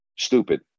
Stupid